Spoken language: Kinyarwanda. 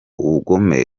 ubugome